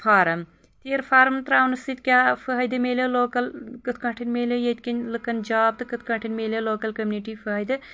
form تیٖر farm تراونہٕ سۭتۍ کیٛاہ فٲیِدٕ مَلیو لوکل کِتھ کٲٹھۍ مِلے ییٚتہِ کیٚن لُکن جاب تہٕ کتھ کٹھۍ مِلیو لوکل کٔمیوٗنٹی فٲیِدٕ